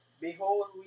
Behold